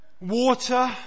water